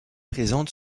présente